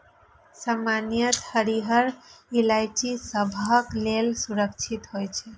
सामान्यतः हरियर इलायची सबहक लेल सुरक्षित होइ छै